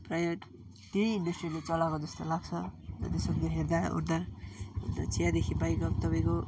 प्रायः त्यही इन्डस्ट्रीले चलाएको जस्तो लाग्छ जति सक्दो हेर्दा ओर्दा अन्त चियादेखि बाहेक अब तपाईँको